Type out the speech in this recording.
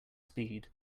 speed